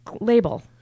label